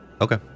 Okay